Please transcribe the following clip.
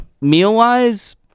Meal-wise